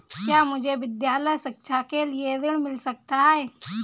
क्या मुझे विद्यालय शिक्षा के लिए ऋण मिल सकता है?